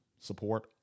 support